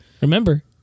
Remember